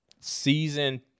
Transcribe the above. season